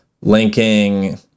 linking